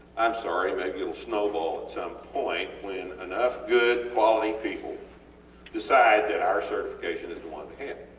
um sorry maybe itll snowball at some point when enough good, quality people decide that our certification is the one and